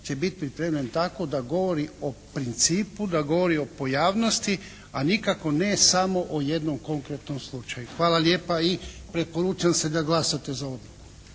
će biti pripremljen tako da govori o principu, da govori o pojavnosti a nikako ne samo o jednom konkretnom slučaju. Hvala lijepa. I preporučam se da glasate za odluku.